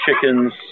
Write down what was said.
chickens